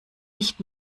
nicht